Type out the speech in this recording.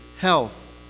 health